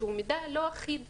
שהוא מידע לא אחיד.